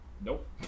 Nope